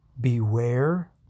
beware